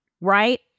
right